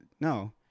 no